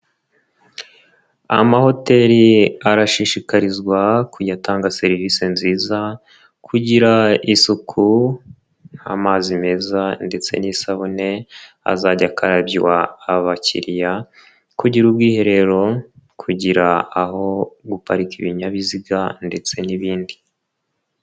Amahoteli arashishikarizwa kujya atanga serivisi nziza, kugira isuku, amazi meza ndetse n'isabune azajya akarabywa abakiriya, kugira ubwiherero, kugira aho guparika ibinyabiziga ndetse n'ibindi